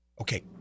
okay